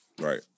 Right